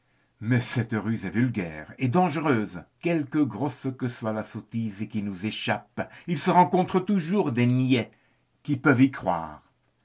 mais cette ruse est vulgaire et dangereuse quelque grosse que soit la sottise qui nous échappe il se rencontre toujours des niais qui peuvent y croire